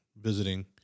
visiting